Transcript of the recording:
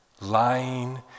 lying